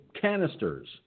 canisters